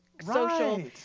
Social